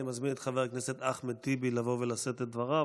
אני מזמין את חבר הכנסת אחמד טיבי לבוא ולשאת את דבריו.